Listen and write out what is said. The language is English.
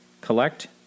Collect